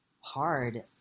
hard